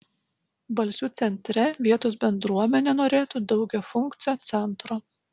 balsių centre vietos bendruomenė norėtų daugiafunkcio centro